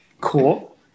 Cool